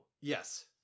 Yes